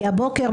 הבוקר,